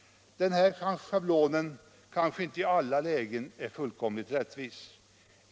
Den här schablonen är kanske inte fullkomligt rättvis i alla lägen.